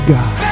God